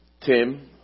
Tim